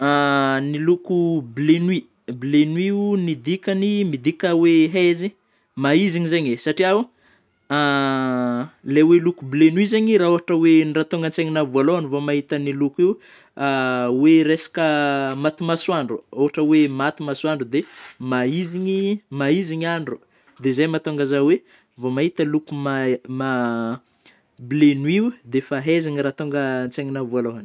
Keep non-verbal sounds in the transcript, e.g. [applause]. [hesitation] Ny loko bleu nuit, bleu nuit o ny dikany midika hoe haizina maiziny zegny e satria o [hesitation] ilay hoe loko bleu nuit zegny raha ohatra hoe ny raha tonga an-tsaigninahy voalohany vao mahita io loko io [hesitation] hoe resaka maty masoandro ôhatra hoe maty masoandro dia maizigny maizigny andro dia zay mahatonga zaho hoe vao mahita loko maI- ma- [noise] bleu nuit o dia efa haizigny raha tonga an-tsaigninahy voalohany.